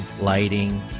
lighting